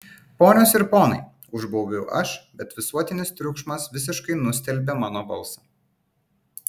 ponios ir ponai užbaubiau aš bet visuotinis triukšmas visiškai nustelbė mano balsą